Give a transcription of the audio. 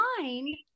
mind